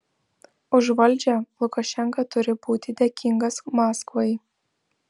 už valdžią lukašenka turi būti dėkingas maskvai